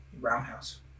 roundhouse